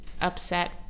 upset